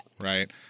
right